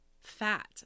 Fat